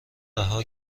رها